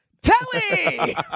Telly